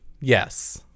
yes